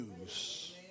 news